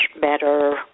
better